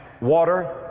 water